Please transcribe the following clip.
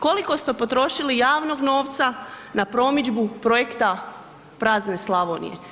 Koliko ste potrošili javnog novca na promidžbu projekta prazne Slavonije?